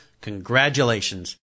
congratulations